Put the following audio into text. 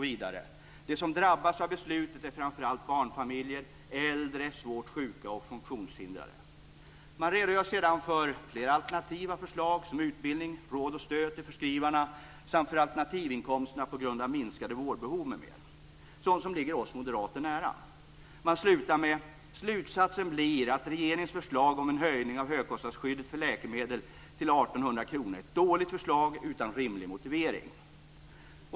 Vidare: "De som drabbas av beslutet är framförallt barnfamiljer, äldre, svårt sjuka och funktionshindrade." Man redogör sedan för flera alternativa förslag som utbildning, råd och stöd till förskrivarna samt för alternativinkomsterna på grund av minskat vårdbehov m.m. - sådant som ligger oss moderater nära. Man slutar med: "Slutsatsen blir att regeringens förslag om en höjning av högkostnadsskyddet för läkemedel till 1 800 kr är ett dåligt förslag utan rimlig motivering."